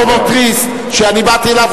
אופטומטריסט שבאתי אליו,